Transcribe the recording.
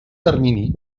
termini